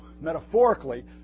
metaphorically